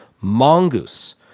mongoose